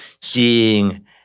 seeing